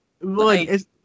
right